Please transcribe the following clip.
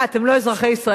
מה, אתם לא אזרחי ישראל?